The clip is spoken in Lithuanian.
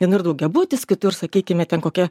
vienur daugiabutis kitur sakykime ten kokia